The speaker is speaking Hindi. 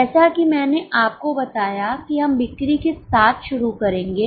जैसा कि मैंने आपको बताया कि हम बिक्री के साथ शुरू करेंगे